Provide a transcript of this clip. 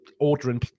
ordering